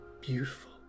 beautiful